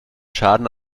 schaden